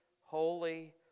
holy